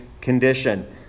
condition